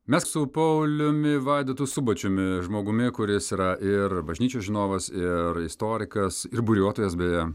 mes su pauliumi vaidotu subačiumi žmogumi kuris yra ir bažnyčių žinovas ir istorikas ir buriuotojas beje